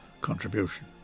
contribution